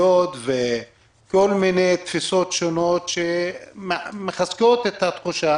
וכל מיני תפיסות שונות שמחזקות את התחושה